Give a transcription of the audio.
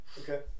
Okay